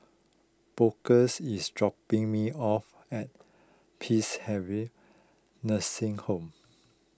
Bookers is dropping me off at Peacehaven Nursing Home